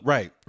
Right